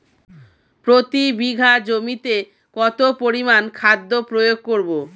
প্রতি বিঘা জমিতে কত পরিমান খাদ্য প্রয়োগ করব?